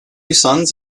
sons